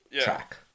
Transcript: track